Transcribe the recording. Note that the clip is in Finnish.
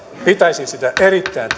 pitäisin sitä erittäin